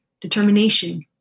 determination